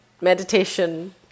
meditation